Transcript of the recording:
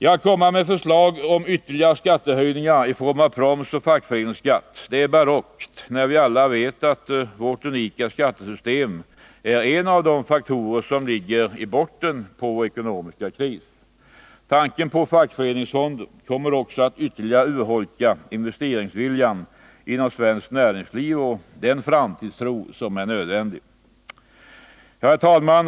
Att komma med förslag om ytterligare skattehöjningar i form av proms och fackföreningsskatt är barockt, när vi alla vet att vårt unika skattesystem är en av de faktorer som ligger i bottnen på vår ekonomiska kris. Tanken på fackföreningsfonder kommer också att ytterligare urholka investeringsviljan inom svenskt näringsliv och den framtidstro som är nödvändig. Herr talman!